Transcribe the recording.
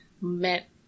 met